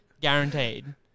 Guaranteed